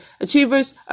achievers